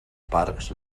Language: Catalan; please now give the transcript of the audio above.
parcs